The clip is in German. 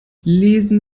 lesen